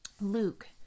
Luke